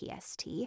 PST